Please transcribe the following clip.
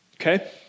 Okay